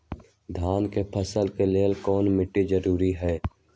धान के फसल के लेल कौन मिट्टी जरूरी है?